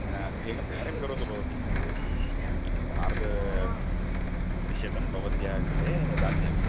न एकं कार्यं करोतु भवती सार्धत्रिशतं भवत्याः कृते दास्यामि